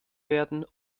werden